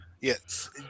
Yes